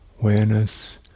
awareness